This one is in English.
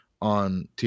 on